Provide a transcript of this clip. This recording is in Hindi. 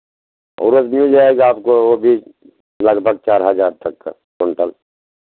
उड़द मिल जाएगा आपको वो भी लगभग चार हज़ार तक का क्विंटल